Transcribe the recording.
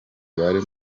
bari